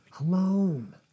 alone